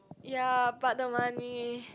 ya but the money